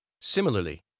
Similarly